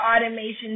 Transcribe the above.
automation